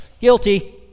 Guilty